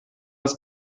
das